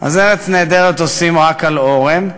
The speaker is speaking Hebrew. אז "ארץ נהדרת" עושים רק על אורן,